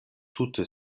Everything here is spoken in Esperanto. tute